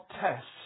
tests